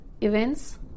events